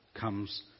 comes